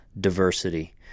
diversity